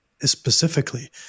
specifically